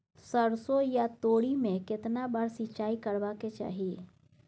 सरसो या तोरी में केतना बार सिंचाई करबा के चाही?